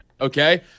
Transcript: okay